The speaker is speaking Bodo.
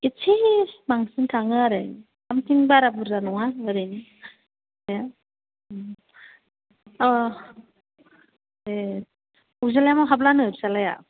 एसे बांसिन थाङो आरो सामथिं बारा बुरजा नङा ओरैनो अगजिलियामआव हाबलानो फिसाज्लाया